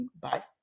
Bye